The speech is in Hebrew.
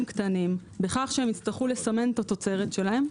קטנים בכך שהם יצטרכו לסמן את התוצרת שלהם,